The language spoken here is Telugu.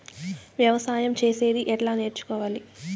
వ్యవసాయం చేసేది ఎట్లా నేర్చుకోవాలి?